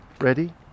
Ready